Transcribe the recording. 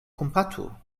kompatu